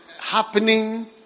happening